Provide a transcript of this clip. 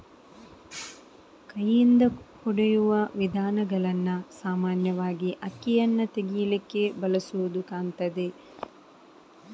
ಕೈಯಿಂದ ಹೊಡೆಯುವ ವಿಧಾನಗಳನ್ನ ಸಾಮಾನ್ಯವಾಗಿ ಅಕ್ಕಿಯನ್ನ ತೆಗೀಲಿಕ್ಕೆ ಬಳಸುದು ಕಾಣ್ತದೆ